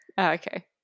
Okay